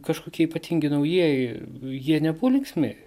kažkokie ypatingi naujieji jie nebuvo linksmi